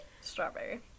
Strawberry